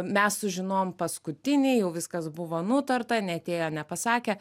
mes sužinojom paskutiniai jau viskas buvo nutarta neatėjo ir nepasakė